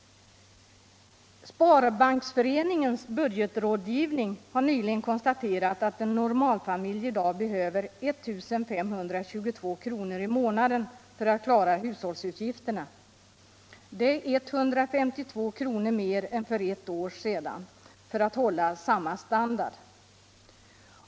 Sparbanksföreningens budgetrådgivning har nyligen konstaterat att en normalfamilj i dag behöver 1I 522 kr. i månaden för att klara hushållsutgifterna. Det är 152 kr. mer än för ett år sedan för att hålla samma standard.